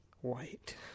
white